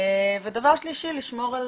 ודבר שלישי לשמור על